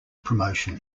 promotion